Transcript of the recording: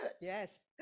Yes